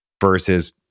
versus